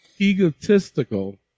egotistical